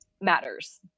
matters